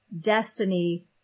destiny